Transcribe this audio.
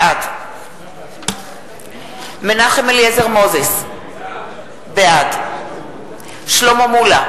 בעד מנחם אליעזר מוזס, בעד שלמה מולה,